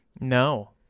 No